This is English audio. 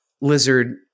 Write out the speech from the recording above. lizard